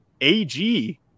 AG